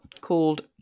called